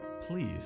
Please